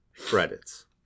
credits